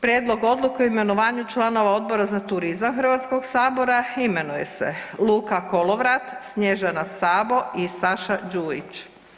Prijedlog odluke o imenovanju članova Odbora za turizam Hrvatskog sabora imenuje se Luka Kolovrat, Snježana Sabo i Saša Đujić.